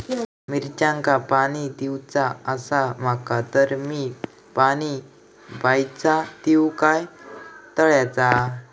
मिरचांका पाणी दिवचा आसा माका तर मी पाणी बायचा दिव काय तळ्याचा?